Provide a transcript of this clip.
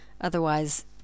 Otherwise